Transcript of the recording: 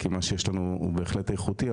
כי מה שיש לנו הוא בהחלט איכותי,